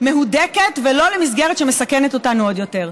מהודקת ולא למסגרת שמסכנת אותנו עוד יותר.